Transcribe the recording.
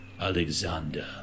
Alexander